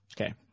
Okay